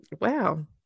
Wow